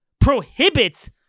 prohibits